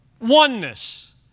Oneness